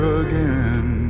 again